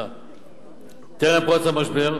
טרם פרוץ המשבר,